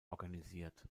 organisiert